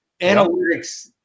analytics